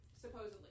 supposedly